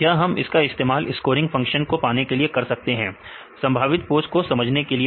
यह हम इसका इस्तेमाल स्कोरिंग फंक्शन को पाने के लिए कर सकते हैं और संभावित पोज को समझने के लिए भी